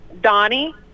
Donnie